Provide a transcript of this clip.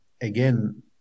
again